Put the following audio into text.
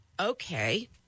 Okay